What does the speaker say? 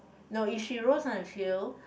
no if she rows on a field